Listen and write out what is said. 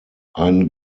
ein